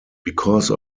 because